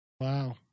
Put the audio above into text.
Wow